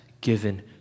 given